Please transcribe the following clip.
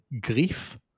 grief